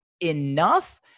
enough